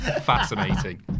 fascinating